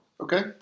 Okay